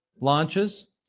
launches